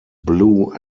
blue